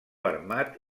armat